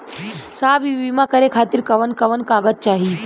साहब इ बीमा करें खातिर कवन कवन कागज चाही?